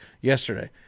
yesterday